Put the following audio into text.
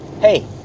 hey